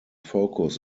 focus